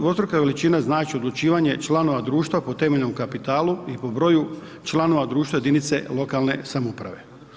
Dvostruko veličina znači odlučivanje članova društva po temeljnom kapitalu i po broju članova društva jedinice lokalne samouprave.